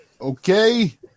Okay